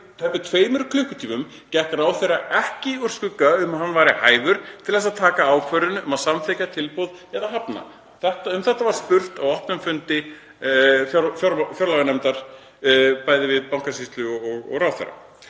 tæpum tveimur klukkutímum gekk ráðherra ekki úr skugga um að hann væri hæfur til að taka ákvörðun um að samþykkja tilboð eða hafna. Um þetta var spurt á opnum fundi fjárlaganefndar, bæði með Bankasýslu og ráðherra.